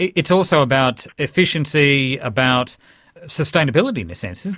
it's also about efficiency, about sustainability, in a sense, isn't